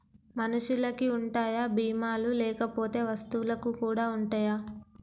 మనుషులకి ఉంటాయా బీమా లు లేకపోతే వస్తువులకు కూడా ఉంటయా?